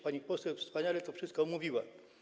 Pani poseł wspaniale to wszystko omówiła.